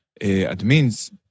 admins